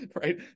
Right